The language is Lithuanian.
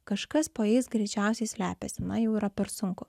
kažkas po jais greičiausiai slepiasi na jau yra per sunku